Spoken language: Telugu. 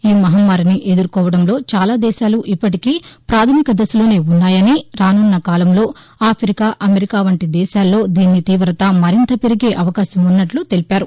ఈమహమ్మారిని ఎదుర్కోవడంలో చాలా దేశాలు ఇప్పటికీ ప్రాథమిక దశలోనే ఉన్నాయని రాసున్న కాలంలో ఆఫికా అమెరికా వంటి దేశాల్లో దీని తీవత మరింత పెరిగే అవకాశం ఉన్నట్లు తెలిపారు